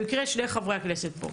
במקרה שני חברי הכנסת פה,